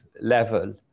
level